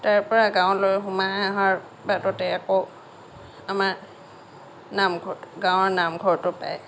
তাৰ পৰা গাঁৱলৈ সোমাই অহাৰ বাটতে আকৌ আমাৰ নামঘৰ গাঁৱৰ নামঘৰটো পায়